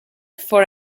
for